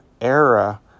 era